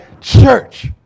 church